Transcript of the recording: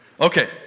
Okay